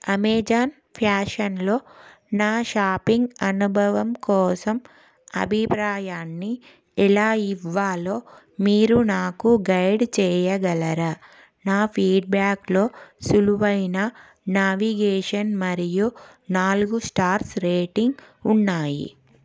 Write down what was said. Amazon ఫ్యాషన్లో నా shopping అనుభవం కోసం అభిప్రాయాన్ని ఎలా ఇవ్వాలో మీరు నాకు గైడ్ చేయగలరా నా ఫీడ్బ్యాక్లో సులువైన నావిగేషన్ మరియు నాలుగు స్టార్స్ రేటింగ్ ఉన్నాయి